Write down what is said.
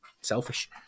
selfish